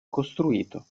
costruito